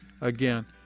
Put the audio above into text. again